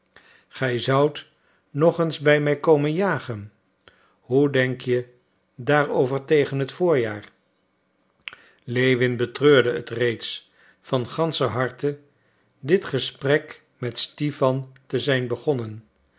gij zoudt nog eens bij me komen jagen hoe denk je daar over tegen t voorjaar lewin betreurde het reeds van ganscher harte dit gesprek met stipan te zijn begonnen